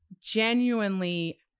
genuinely